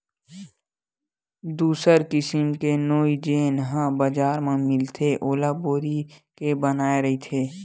दूसर किसिम के नोई जेन ह बजार म मिलथे ओला बोरी के बनाये रहिथे